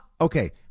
Okay